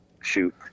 shoot –